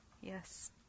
Yes